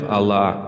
Allah